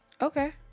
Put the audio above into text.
Okay